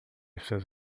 pessoas